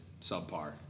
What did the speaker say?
subpar